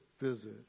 visit